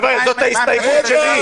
מה עם נצרת?